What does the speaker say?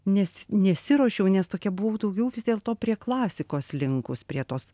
nes nesiruošiau nes tokia buvau daugiau vis dėlto prie klasikos linkus prie tos